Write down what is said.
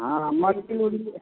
हँ मन्दिर उन्दिर